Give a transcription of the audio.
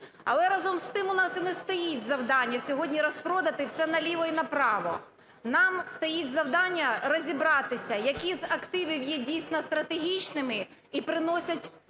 Але, разом з тим, у нас і не стоїть завдання сьогодні розпродати все наліво і направо. Нам стоїть завдання розібратися, які з активів є дійсно стратегічними і приносять прибуток